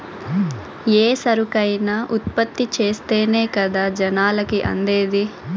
ఏ సరుకైనా ఉత్పత్తి చేస్తేనే కదా జనాలకి అందేది